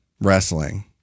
wrestling